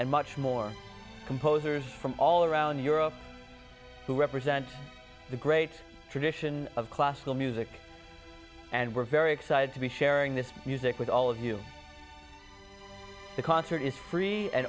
and much more composers from all around europe who represent the great tradition of classical music and we're very excited to be sharing this music with all of you the concert is free and